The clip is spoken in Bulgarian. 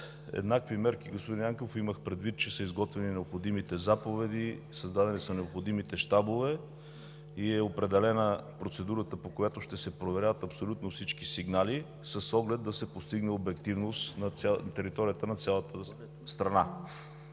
еднакви мерки, господин Янков, имах предвид, че са изготвени необходимите заповеди, създадени са необходимите щабове и е определена процедурата, по която ще се проверяват абсолютно всички сигнали с оглед да се постигне обективност на територията на цялата страна.